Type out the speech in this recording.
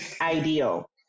ideal